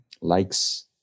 likes